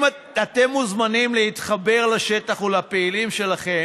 אתם מוזמנים להתחבר לשטח ולפעילים שלכם,